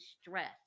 stress